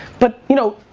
but you know,